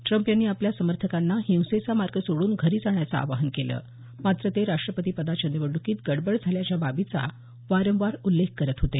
Trump यांनी आपल्या समर्थकांना हिंसेचा मार्ग सोडून घरी जाण्याचं आवाहन केलं मात्र ते राष्ट्रपतीपदाच्या निवडणुकीत गडबड झाल्याच्या बाबीचा वारंवार उल्लेख करत होते